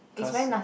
cause